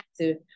active